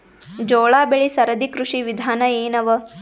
ಜೋಳ ಬೆಳಿ ಸರದಿ ಕೃಷಿ ವಿಧಾನ ಎನವ?